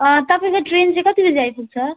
तपाईँको ट्रेन चाहिँ कति बजी आइपुग्छ